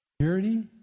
Security